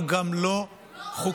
הוא גם לא חוקי.